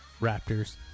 Raptors